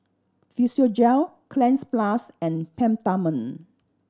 Physiogel Cleanz Plus and Peptamen